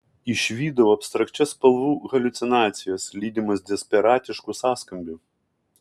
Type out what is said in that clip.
išvydau abstrakčias spalvų haliucinacijas lydimas desperatiškų sąskambių